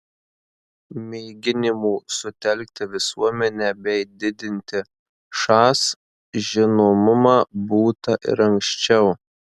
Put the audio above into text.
mėginimų sutelkti visuomenę bei didinti šas žinomumą būta ir anksčiau